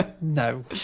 No